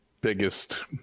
biggest